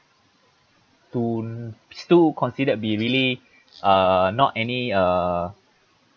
sto~ two considered be really uh not any uh